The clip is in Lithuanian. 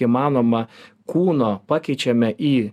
įmanoma kūno pakeičiame į